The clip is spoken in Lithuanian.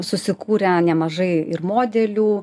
susikūrę nemažai ir modelių